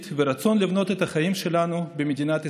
ורצון לבנות את החיים שלנו במדינת ישראל.